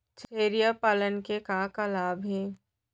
छेरिया पालन के का का लाभ हे?